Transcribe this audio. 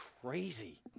crazy